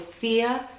fear